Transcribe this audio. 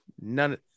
None